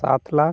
ᱥᱟᱛ ᱞᱟᱠᱷ